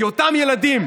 כי אותם ילדים,